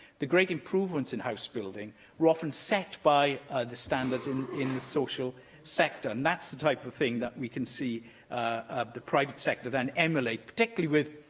the great improvements in house building were often set by the standards in in the social sector, and that's the type of thing that we can see ah the private sector then emulate, particularly with